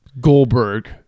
Goldberg